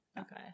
Okay